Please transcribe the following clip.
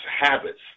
habits